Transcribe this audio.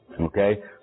Okay